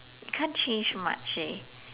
can't change much leh